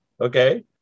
okay